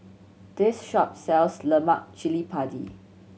this shop sells lemak cili padi